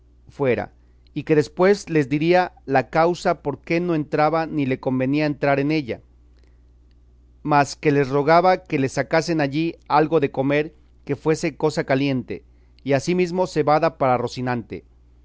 fuera y que después les diría la causa por que no entraba ni le convenía entrar en ella mas que les rogaba que le sacasen allí algo de comer que fuese cosa caliente y ansimismo cebada para rocinante